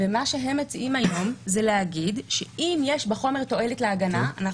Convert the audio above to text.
ומה שהם מציעים היום זה להגיד שאם יש בחומר תועלת להגנה,